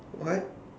what